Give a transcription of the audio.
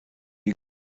you